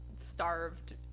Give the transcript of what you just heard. starved